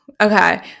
okay